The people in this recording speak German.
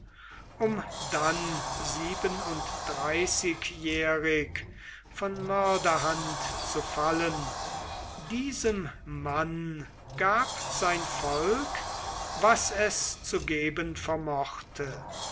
um dann siebenunddreißigjährig von mörderhand zu fallen diesem mann gab sein volk was es zu geben vermochte